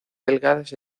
delgadas